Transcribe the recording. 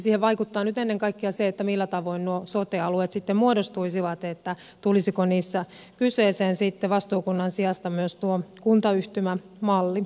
siihen vaikuttaa nyt ennen kaikkea se millä tavoin nuo sote alueet sitten muodostuisivat tulisiko niissä kyseeseen sitten vastuukunnan sijasta myös kuntayhtymämalli